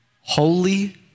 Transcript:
Holy